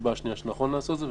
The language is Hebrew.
הסיבה השנייה שנכון לעשות את זה,